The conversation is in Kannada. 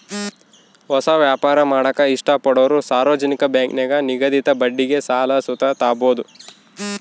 ಹೊಸ ವ್ಯಾಪಾರ ಮಾಡಾಕ ಇಷ್ಟಪಡೋರು ಸಾರ್ವಜನಿಕ ಬ್ಯಾಂಕಿನಾಗ ನಿಗದಿತ ಬಡ್ಡಿಗೆ ಸಾಲ ಸುತ ತಾಬೋದು